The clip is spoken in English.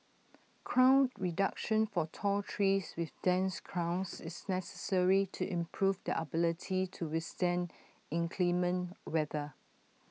crown reduction for tall trees with dense crowns is necessary to improve their ability to withstand inclement weather